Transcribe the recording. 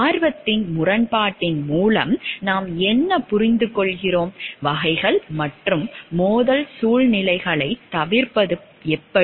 ஆர்வத்தின் முரண்பாட்டின் மூலம் நாம் என்ன புரிந்துகொள்கிறோம் வகைகள் மற்றும் மோதல் சூழ்நிலைகளைத் தவிர்ப்பது எப்படி